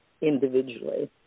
individually